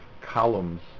columns